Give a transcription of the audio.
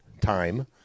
Time